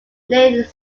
named